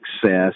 success